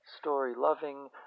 story-loving